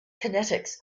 kinetics